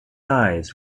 eyes